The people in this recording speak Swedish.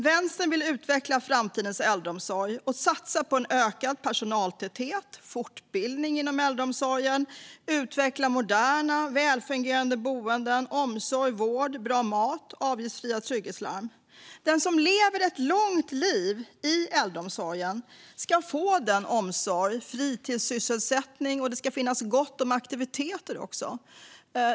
Vänstern vill utveckla framtidens äldreomsorg och satsa på ökad personaltäthet och fortbildning inom äldreomsorgen. Vi vill också utveckla moderna och välfungerande boenden, omsorg och vård, bra mat och avgiftsfria trygghetslarm. Den som lever ett långt liv i äldreomsorgen ska få den omsorgen. Det ska också finnas fritidssysselsättning och gott om aktiviteter.